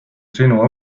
sinu